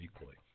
equally